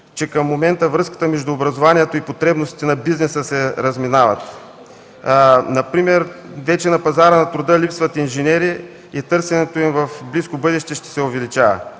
че към момента връзката между образованието и потребностите на бизнеса се разминават. Например на пазара на труда вече липсват инженери и търсенето им в близко бъдеще ще се увеличава.